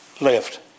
Left